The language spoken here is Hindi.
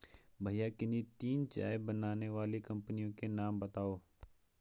भैया किन्ही तीन चाय बनाने वाली कंपनियों के नाम बताओ?